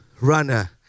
runner